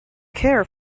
care